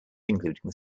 including